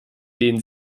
denen